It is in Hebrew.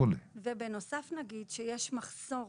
בנוסף אני אגיד שיש מחוסר